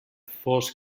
fosc